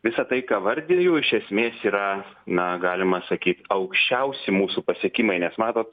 visa tai ką vardiju iš esmės yra na galima sakyt aukščiausi mūsų pasiekimai nes matot